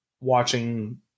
watching